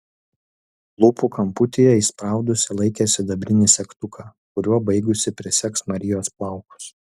lūpų kamputyje įspraudusi laikė sidabrinį segtuką kuriuo baigusi prisegs marijos plaukus